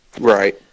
Right